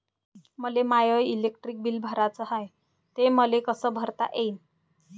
मले my electric bill भराचं हाय, ते मले कस पायता येईन?